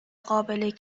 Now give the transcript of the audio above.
قابل